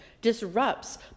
disrupts